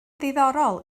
ddiddorol